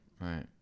Right